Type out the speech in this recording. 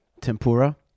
Tempura